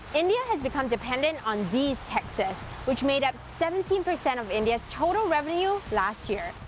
india has become dependant on these taxes, which made up seventeen percent of india's total revenue last year.